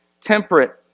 temperate